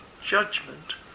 judgment